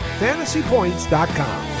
fantasypoints.com